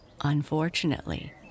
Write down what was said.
Unfortunately